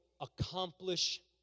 accomplish